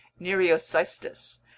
Nereocystis